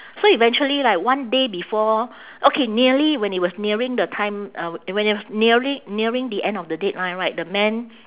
so eventually like one day before okay nearly when it was nearing the time uh when it was nearing nearing the end of the deadline right the man